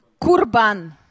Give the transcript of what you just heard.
Kurban